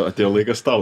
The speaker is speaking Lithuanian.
atėjo laikas tau